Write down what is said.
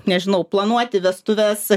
nežinau planuoti vestuves